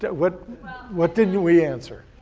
yeah what what didn't we answer?